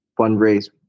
fundraise